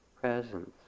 presence